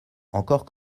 encore